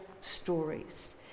stories